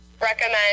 recommend